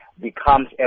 becomes